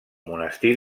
monestir